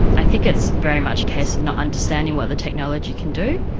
i think it's very much a case of not understanding what the technology can do,